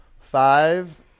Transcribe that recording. Five